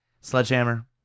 Sledgehammer